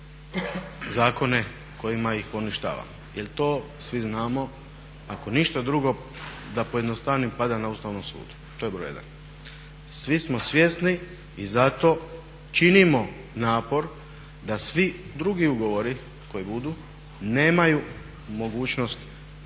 zakone kojima ih poništavamo jer to svi znamo. Ako ništa drugo da pojednostavim pada na Ustavnom sudu, to je broj jedan. Svi smo svjesni i zato činimo napor da svi drugi ugovori koji budu nemaju mogućnost